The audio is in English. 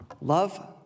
Love